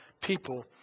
people